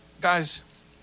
Guys